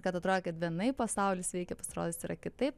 kad atrodo kad vienaip pasaulis veikia pasirodo jis yra kitaip